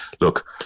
look